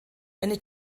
eine